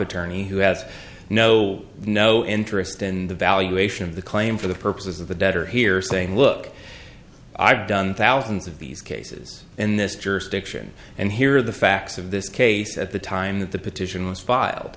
attorney who has no no interest in the valuation of the claim for the purposes of the debtor here saying look i've done thousands of these cases in this jurisdiction and here are the facts of this case at the time that the petition was filed